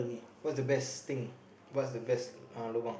what's the best thing what's the best uh lobang